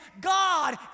God